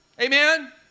Amen